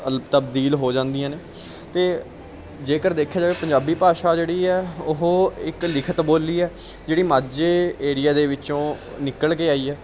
ਅਲ ਤਬਦੀਲ ਹੋ ਜਾਂਦੀਆਂ ਨੇ ਅਤੇ ਜੇਕਰ ਦੇਖਿਆ ਜਾਵੇ ਪੰਜਾਬੀ ਭਾਸ਼ਾ ਜਿਹੜੀ ਹੈ ਉਹ ਇੱਕ ਲਿਖਤ ਬੋਲੀ ਹੈ ਜਿਹੜੀ ਮਾਝੇ ਏਰੀਆ ਦੇ ਵਿੱਚੋਂ ਨਿਕਲ ਕੇ ਆਈ ਹੈ